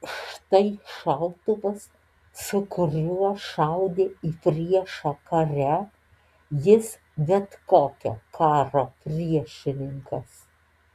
štai šautuvas su kuriuo šaudė į priešą kare jis bet kokio karo priešininkas